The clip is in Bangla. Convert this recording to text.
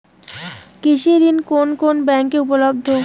কৃষি ঋণ কোন কোন ব্যাংকে উপলব্ধ?